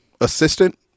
assistant